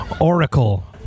Oracle